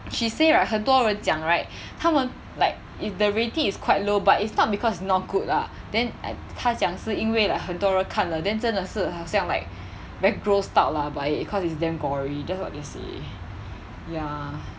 she say right 很多人讲 right 他们 like if the rating is quite low but it's not because not good lah then I 她讲是因为 like 很多人看了 then 真的是好像 like very grossed out lah by it cause it's damn gory that's what they say ya